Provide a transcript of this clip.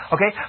Okay